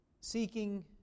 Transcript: seeking